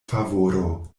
favoro